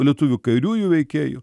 lietuvių kairiųjų veikėjų